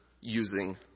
using